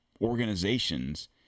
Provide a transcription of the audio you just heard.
organizations